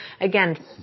Again